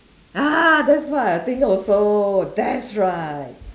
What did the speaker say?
ah that's what I think also that's right